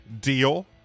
deal